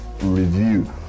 review